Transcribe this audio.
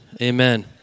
Amen